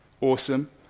awesome